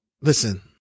listen